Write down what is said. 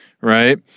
right